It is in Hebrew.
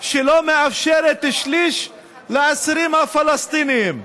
שלא מאפשרת שליש לאסירים הפלסטינים.